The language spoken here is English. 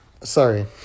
Sorry